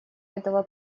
этого